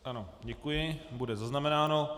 Ano, děkuji, bude zaznamenáno.